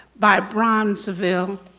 by bronzeville.